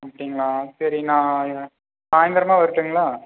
அப்படிங்களா சரி நான் சாயிந்தரமாக வரட்டுங்களா